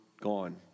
gone